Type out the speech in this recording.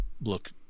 look